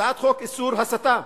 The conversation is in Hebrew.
הצעת חוק איסור הסתה,